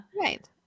right